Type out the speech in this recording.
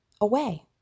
away